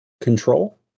control